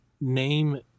Name